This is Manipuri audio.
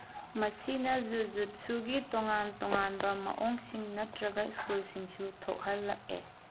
ꯃꯁꯤꯅ ꯖꯨꯖꯨꯠꯁꯨꯒꯤ ꯇꯣꯉꯥꯟ ꯇꯣꯉꯥꯟꯕ ꯃꯑꯣꯡꯁꯤꯡ ꯅꯠꯇ꯭ꯔꯒ ꯁ꯭ꯀꯨꯜꯁꯤꯡꯁꯨ ꯊꯣꯛꯍꯜꯂꯛꯑꯦ